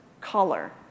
color